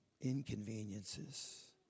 Inconveniences